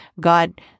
God